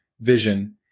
vision